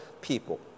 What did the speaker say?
people